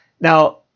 Now